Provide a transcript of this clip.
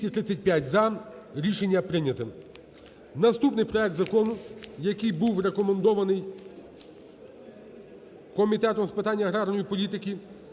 Наступний проект закону, який був рекомендований Комітетом з питань аграрної політики,